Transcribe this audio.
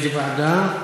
איזה ועדה?